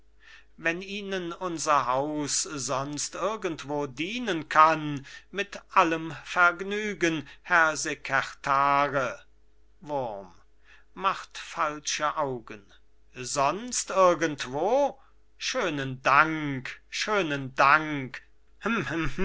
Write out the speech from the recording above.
wenn ihnen unser haus sonst irgend wo dienen kann mit allem vergnügen herr sekertare wurm macht falsche augen sonst irgendwo schönen dank schönen dank